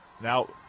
Now